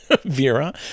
Vera